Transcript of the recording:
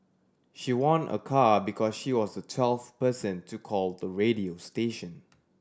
she won a car because she was the twelfth person to call the radio station